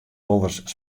wolris